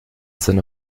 sind